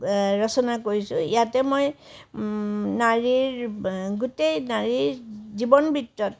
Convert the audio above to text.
ৰচনা কৰিছোঁ ইয়াতে মই নাৰীৰ গোটেই নাৰীৰ জীৱন বিত্তন